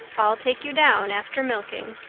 i'll take you down after milking.